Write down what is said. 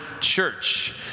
church